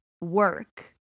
work